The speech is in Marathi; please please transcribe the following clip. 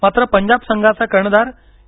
मात्र पंजाब संघाचा कर्णधार के